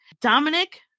Dominic